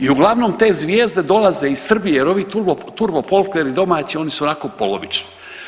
I uglavnom te zvijezde dolaze iz Srbije, jer ovi turbo folkeri domaći oni su ionako polovični.